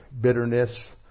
bitterness